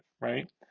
right